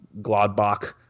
Gladbach